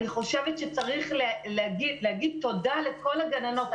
אני חושבת שצריך להגיד תודה לכל הגננות.